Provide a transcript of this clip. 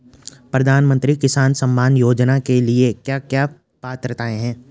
प्रधानमंत्री किसान सम्मान योजना के लिए क्या क्या पात्रताऐं हैं?